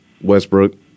Westbrook